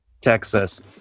Texas